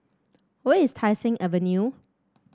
where is Tai Seng Avenue